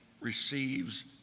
receives